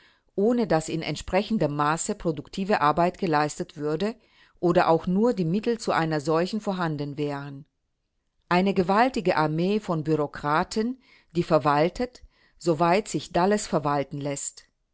ohne daß in entsprechendem maße produktive arbeit geleistet würde oder auch nur die mittel zu einer solchen vorhanden wären eine gewaltige armee von bureaukraten die verwaltet soweit sich dalles verwalten läßt